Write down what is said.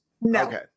No